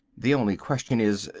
the only question is,